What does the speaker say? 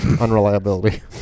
unreliability